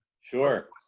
Sure